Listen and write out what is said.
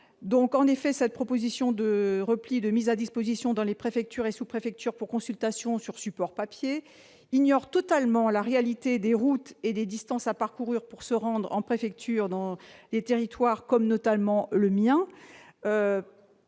donc en effet, cette proposition de repli de mises à disposition dans les préfectures et sous-préfectures pour consultation sur support papier ignore totalement la réalité des routes et des distances à parcourir pour se rendre en préfecture dans les territoires comme notamment le mien